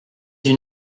une